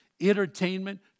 entertainment